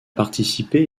participé